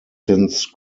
since